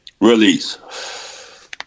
Release